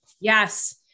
Yes